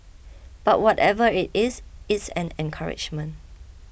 but whatever it is it's an encouragement